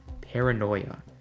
Paranoia